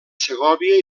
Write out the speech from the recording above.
segòvia